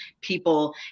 people